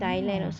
orh